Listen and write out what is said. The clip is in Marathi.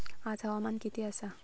आज हवामान किती आसा?